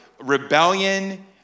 rebellion